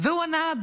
והוא ענה,